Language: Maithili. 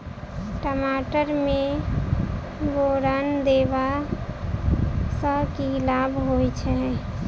टमाटर मे बोरन देबा सँ की लाभ होइ छैय?